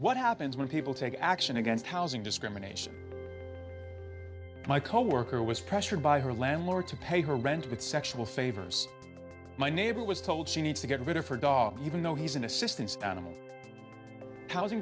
what happens when people take action against housing discrimination my coworker was pressured by her landlord to pay her rent with sexual favors my neighbor was told she needs to get rid of her dog even though he's an assistant housing